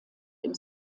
dem